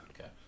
Okay